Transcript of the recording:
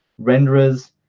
renderers